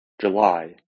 July